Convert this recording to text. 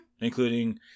Including